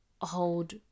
hold